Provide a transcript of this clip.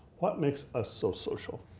what makes us so social?